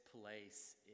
place